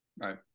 right